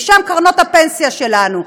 ושם קרנות הפנסיה שלנו.